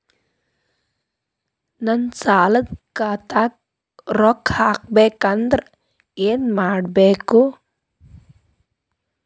ನನ್ನ ಸಾಲದ ಖಾತಾಕ್ ರೊಕ್ಕ ಹಾಕ್ಬೇಕಂದ್ರೆ ಏನ್ ಮಾಡಬೇಕು?